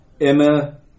Emma